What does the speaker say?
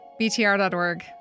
BTR.org